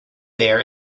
there